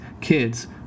kids